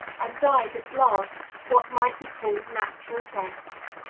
and died at last what might be called natural deaths.